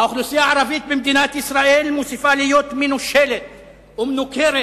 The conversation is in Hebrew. האוכלוסייה הערבית במדינת ישראל מוסיפה להיות מנושלת ומנוכרת.